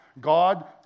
God